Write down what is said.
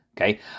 Okay